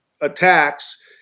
attacks